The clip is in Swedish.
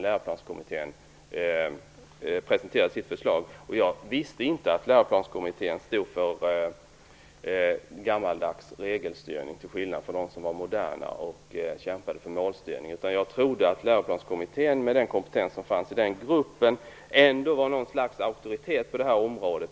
Läroplanskommittén presenterade sitt förslag. Jag visste inte att Läroplanskommittén stod för gammaldags regelstyrning, till skillnad från dem som var moderna och kämpade för målstyrning. Jag trodde att Läroplanskommittén, med den kompetens som fanns i den gruppen, var något slags auktoritet på det här området.